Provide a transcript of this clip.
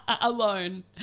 Alone